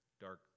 dark